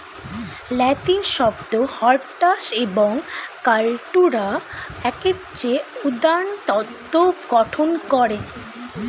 লাতিন শব্দ হরটাস এবং কাল্টুরা একত্রে উদ্যানতত্ত্ব গঠন করে